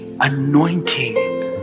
anointing